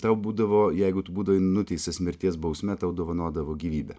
tau būdavo jeigu tu būdavai nuteistas mirties bausme tau dovanodavo gyvybę